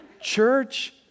Church